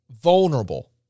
vulnerable